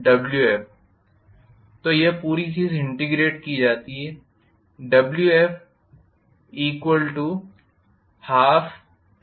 तो यह पूरी चीज़ इंटेग्रेट की जाती है